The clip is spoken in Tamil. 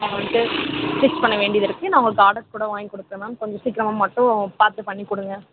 ஆ வந்துட்டு ஸ்டிச் பண்ண வேண்டியதுருக்கு நான் ஆர்டர் கூட வாங்கி கொடுப்பேன் மேம் கொஞ்சம் சீக்கிரமாக மட்டும் பார்த்து பண்ணி கொடுங்க